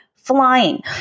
flying